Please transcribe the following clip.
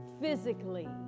physically